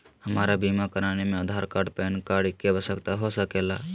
हमरा बीमा कराने में आधार कार्ड पैन कार्ड की आवश्यकता हो सके ला?